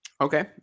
Okay